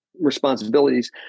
responsibilities